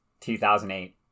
2008